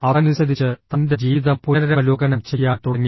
അതനുസരിച്ച് തൻ്റെ ജീവിതം പുനരവലോകനം ചെയ്യാൻ തുടങ്ങി